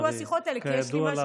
שייפסקו השיחות האלה כי יש לי משהו